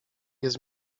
jest